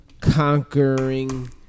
conquering